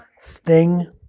Sting